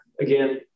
Again